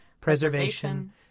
preservation